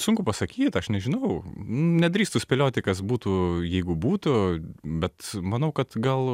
sunku pasakyt aš nežinau nedrįstu spėlioti kas būtų jeigu būtų bet manau kad gal